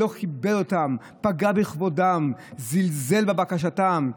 והוא לא קיבל אותם, פגע בכבודם, זלזל בבקשתם,